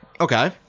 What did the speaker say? Okay